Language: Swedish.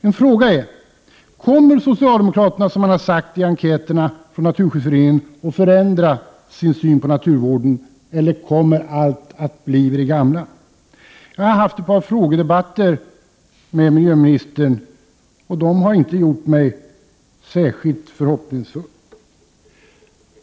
En fråga är: Kommer socialdemokraterna, som det har sagts i enkäter från Naturskyddsföreningen, att förändra sin syn på naturvården, eller kommer allt att bli vid det gamla? Jag har haft ett par frågedebatter med miljöministern, och de har inte gjort mig särskilt förhoppningsfull.